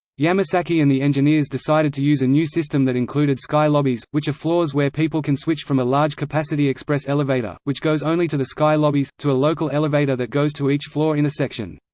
yamasaki and the engineers decided to use a new system that included sky lobbies, which are floors where people can switch from a large-capacity express elevator, which goes only to the sky lobbies, to a local elevator that goes to each floor in a section.